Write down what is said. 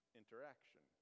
interaction